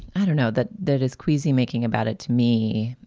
i don't know that that is queasy making about it to me.